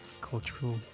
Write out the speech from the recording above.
cultural